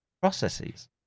processes